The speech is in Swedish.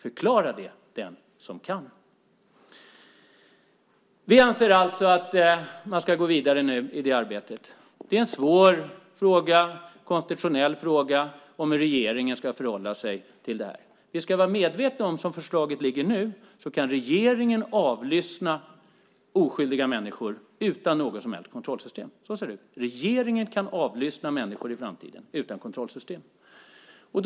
Förklara det den som kan! Vi anser alltså att man ska gå vidare i arbetet. Det är en svår konstitutionell fråga hur regeringen ska förhålla sig till detta. Vi ska vara medvetna om att som förslaget ligger nu kan regeringen avlyssna oskyldiga människor utan något som helst kontrollsystem. Så ser det ut. Regeringen kan i framtiden utan kontrollsystem avlyssna människor.